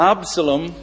Absalom